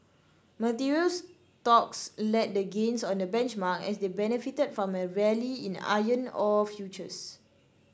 materials stocks led the gains on the benchmark as they benefited from a rally in iron ore futures